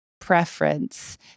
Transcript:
preference